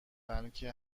بلکه